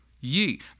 Ye